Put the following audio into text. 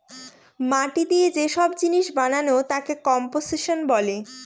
মাটি দিয়ে যে সব জিনিস বানানো তাকে কম্পোসিশন বলে